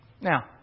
Now